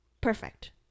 perfect